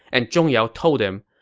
and zhong yao told him,